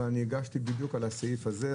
הגשתי בדיוק על הסעיף הזה,